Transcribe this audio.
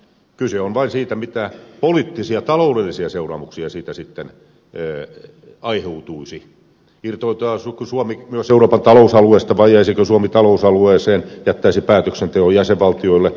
kyse on vain siitä mitä poliittisia ja taloudellisia seuraamuksia siitä sitten aiheutuisi irtautuisiko suomi myös euroopan talousalueesta vai jäisikö suomi talousalueeseen jättäisi päätöksenteon jäsenvaltioille